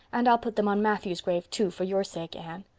and i'll put them on matthew's grave too, for your sake, anne.